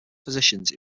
physicians